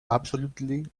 absolutely